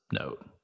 note